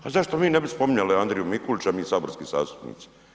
Pa zašto mi ne bi spominjali Andriju Mikulića mi saborski zastupnici?